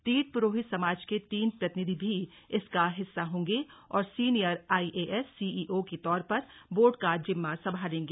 तीर्थ पुरोहित समाज के तीन प्रतिनिधि भी इसका हिस्सा होंगे और सीनियर आईएएस सीईओ के तौर पर बोर्ड का जिम्मा संभालेगा